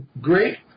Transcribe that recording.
great